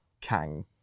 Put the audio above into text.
kang